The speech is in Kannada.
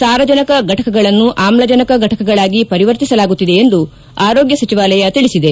ಸಾರಜನಕ ಘಟಕಗಳನ್ನು ಆಮ್ಲಜನಕ ಫಟಕಗಳಾಗಿ ಪರಿವರ್ತಿಸಲಾಗುತ್ತಿದೆ ಎಂದು ಆರೋಗ್ಲ ಸಚಿವಾಲಯ ತಿಳಿಸಿದೆ